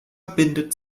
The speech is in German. bindet